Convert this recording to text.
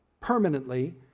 permanently